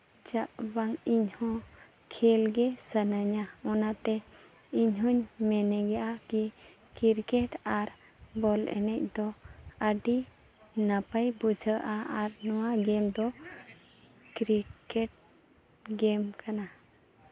ᱪᱟᱜ ᱵᱟᱝ ᱤᱧ ᱦᱚᱸ ᱠᱷᱮᱞ ᱜᱮ ᱥᱟᱱᱟᱧᱟ ᱚᱱᱟᱛᱮ ᱤᱧ ᱦᱚᱧ ᱢᱮᱱᱮᱜᱼᱟ ᱠᱤ ᱠᱨᱤᱠᱮᱴ ᱟᱨ ᱵᱚᱞ ᱮᱱᱮᱡ ᱫᱚ ᱟᱹᱰᱤ ᱱᱟᱯᱟᱭ ᱵᱩᱡᱷᱟᱹᱜᱼᱟ ᱟᱨ ᱱᱚᱣᱟ ᱜᱮᱢ ᱫᱚ ᱠᱨᱤᱠᱮᱴ ᱜᱮᱢ ᱠᱟᱱᱟ